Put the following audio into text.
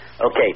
Okay